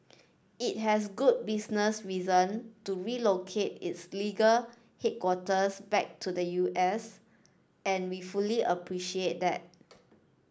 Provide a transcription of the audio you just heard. it has good business reason to relocate its legal headquarters back to the U S and we fully appreciate that